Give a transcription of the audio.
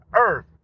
earth